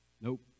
Nope